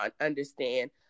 understand